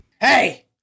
hey